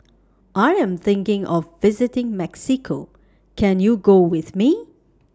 I Am thinking of visiting Mexico Can YOU Go with Me